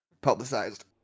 publicized